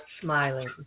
smiling